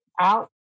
out